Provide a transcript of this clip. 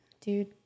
Dude